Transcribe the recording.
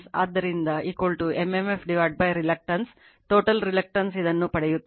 ಆದ್ದರಿಂದ m m f reluctance total reluctance ಇದನ್ನು ಪಡೆಯುತ್ತದೆ